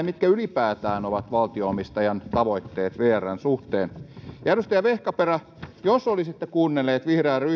mitkä ylipäätään ovat valtio omistajan tavoitteet vrn suhteen edustaja vehkaperä jos olisitte kuunnellut